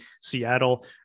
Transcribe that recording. Seattle